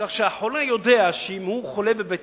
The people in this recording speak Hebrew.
כך שהחולה יודע, אם הוא חולה בבית-חולים,